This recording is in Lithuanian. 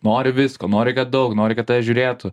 nori visko nori kad daug nori kad tave žiūrėtų